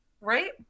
Right